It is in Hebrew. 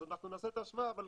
אז נעשה את ההשוואה, אבל